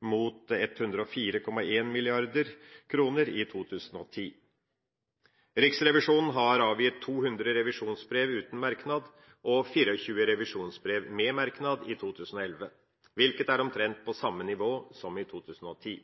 mot 104,1 mrd. kr i 2010. Riksrevisjonen har avgitt 200 revisjonsbrev uten merknad og 24 revisjonsbrev med merknad i 2011, hvilket er omtrent på samme nivå som i 2010.